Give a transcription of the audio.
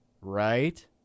right